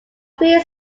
three